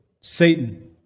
Satan